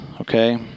okay